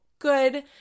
good